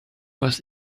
was